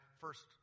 first